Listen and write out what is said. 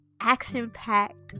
action-packed